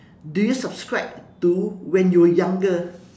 do you subscribe to when you were younger